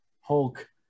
Hulk